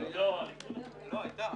לא אושרה.